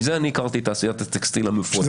מזה אני הכרתי את תעשיית הטקסטיל המפוארת -- שזה